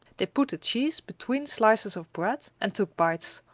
they put the cheese between slices of bread and took bites,